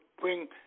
bring